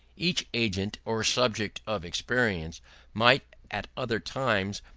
each agent or subject of experience might, at other times,